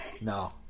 no